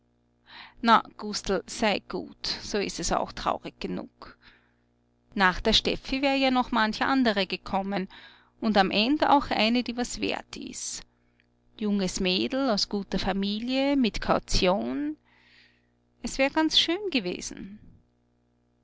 na gustl sei gut so ist es auch traurig genug nach der steffi wär ja noch manche andere gekommen und am end auch eine die was wert ist junges mädel aus guter familie mit kaution es wär ganz schön gewesen